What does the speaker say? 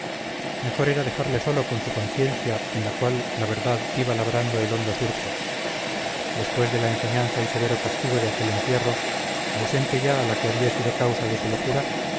mejor era dejarle solo con su conciencia en la cual la verdad iba labrando el hondo surco después de la enseñanza y severo castigo de aquel encierro ausente ya la que había sido causa de su locura